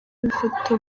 bifata